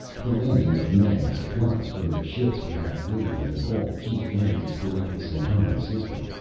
the landing of men and supplies from the ships we have waiting in all key areas throughout the centauran system.